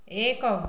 ଏକ